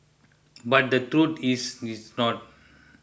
but the truth is it's not